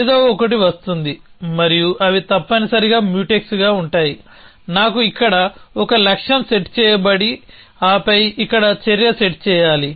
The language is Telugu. ఏదో ఒకటి వస్తుంది మరియు అవి తప్పనిసరిగా మ్యూటెక్స్గా ఉంటాయి నాకు ఇక్కడ ఒక లక్ష్యం సెట్ చేయబడి ఆపై ఇక్కడ చర్య సెట్ చేయాలి